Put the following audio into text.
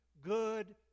good